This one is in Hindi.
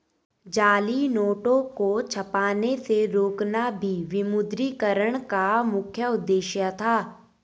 जाली नोटों को छपने से रोकना भी विमुद्रीकरण का मुख्य उद्देश्य था